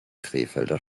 krefelder